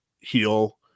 Heal